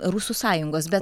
rusų sąjungos bet